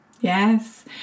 Yes